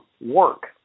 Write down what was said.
work